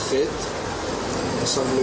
בוקר טוב לכולם.